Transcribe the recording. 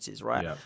right